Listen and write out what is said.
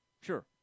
sure